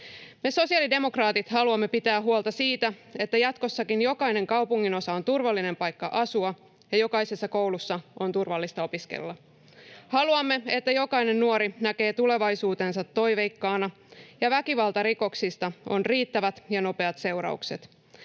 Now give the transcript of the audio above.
Me sosiaalidemokraatit haluamme pitää huolta siitä, että jatkossakin jokainen kaupunginosa on turvallinen paikka asua ja jokaisessa koulussa on turvallista opiskella. Haluamme, että jokainen nuori näkee tulevaisuutensa toiveikkaana ja väkivaltarikoksista on riittävät ja nopeat seuraukset.